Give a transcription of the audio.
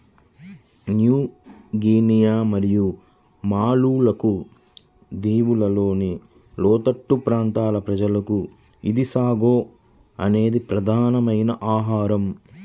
new Guinea మరియు Maluku దీవులలోని లోతట్టు ప్రాంతాల ప్రజలకు ఇది సాగో అనేది ప్రధానమైన ఆహారం